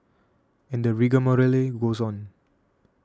and the rigmarole goes on